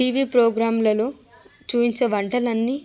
TV ప్రోగ్రాంలలో చూపించే వంటలన్నీ